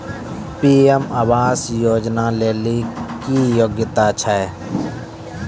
PM आवास योजना लेली की योग्यता छै?